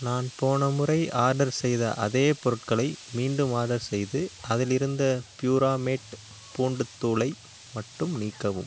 நான் போன முறை ஆர்டர் செய்த அதே பொருட்களை மீண்டும் ஆர்டர் செய்து அதிலிருந்த ப்யூராமேட் பூண்டுத் தூளை மட்டும் நீக்கவும்